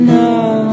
now